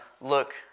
look